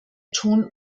tun